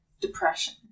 depression